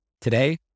Today